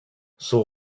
son